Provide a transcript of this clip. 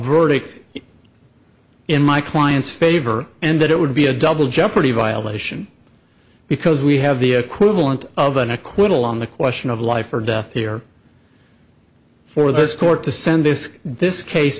verdict in my client's favor and that it would be a double jeopardy violation because we have the equivalent of an acquittal on the question of life or death here for this court to send this this case